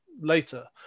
later